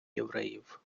євреїв